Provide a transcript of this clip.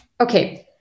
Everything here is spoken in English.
Okay